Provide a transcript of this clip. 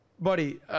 buddy